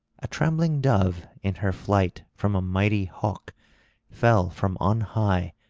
a trembling dove in her flight from a mighty hawk fell from on high,